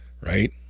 Right